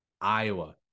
Iowa